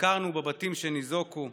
בבתים שניזוקו.